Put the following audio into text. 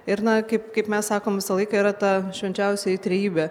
ir na kaip kaip mes sakom visą laiką yra ta švenčiausioji trejybė